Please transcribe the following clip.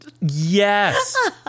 Yes